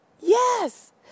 Yes